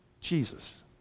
Jesus